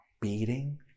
beating